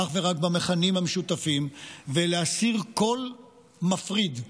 אך ורק במכנים המשותפים, ולהסיר כל מפריד,